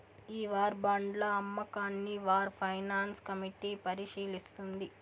ఈ వార్ బాండ్ల అమ్మకాన్ని వార్ ఫైనాన్స్ కమిటీ పరిశీలిస్తుంది